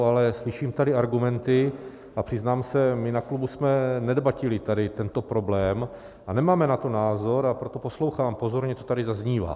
Ale slyším tady argumenty a přiznám se, my na klubu jsme nedebatovali tento problém a nemáme na to názor, a proto poslouchám pozorně, co tady zaznívá.